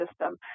system